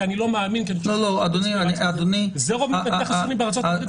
כי אני לא מאמין זה רוב מתנגדי החיסונים בארצות הברית ובאירופה.